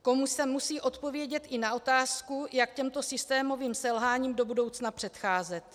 Komise musí odpovědět i na otázku, jak těmto systémovým selháním do budoucna předcházet.